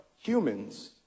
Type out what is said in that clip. humans